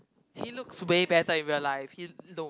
he looks way better in real life he look